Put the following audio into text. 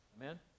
Amen